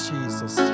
Jesus